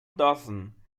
dozen